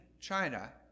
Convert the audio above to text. China